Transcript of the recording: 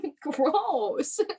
Gross